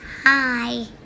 Hi